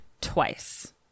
twice